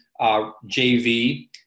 JV